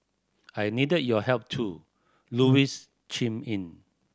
I needed your help too Louise chimed in